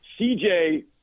CJ